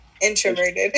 introverted